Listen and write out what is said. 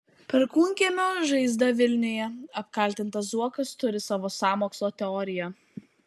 perkūnkiemio žaizda vilniuje apkaltintas zuokas turi savo sąmokslo teoriją